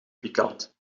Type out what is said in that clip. pikant